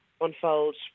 unfold